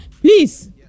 Please